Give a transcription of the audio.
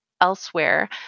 elsewhere